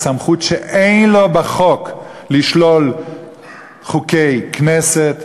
סמכות שאין לו בחוק לשלול חוקי כנסת,